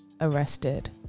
arrested